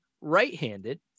right-handed